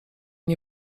nie